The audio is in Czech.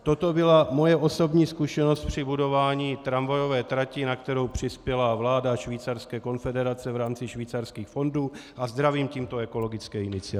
Toto byla moje osobní zkušenost při budování tramvajové trati, na kterou přispěla vláda Švýcarské konfederace v rámci Švýcarských fondů, a zdravím tímto Ekologickou iniciativu.